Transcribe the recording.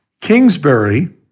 Kingsbury